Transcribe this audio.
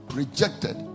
rejected